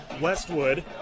Westwood